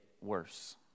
worse